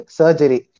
surgery